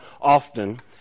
often